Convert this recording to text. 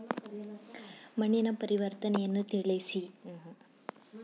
ಮಣ್ಣಿನ ಪರಿವರ್ತನೆಯನ್ನು ತಿಳಿಸಿ?